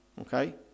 Okay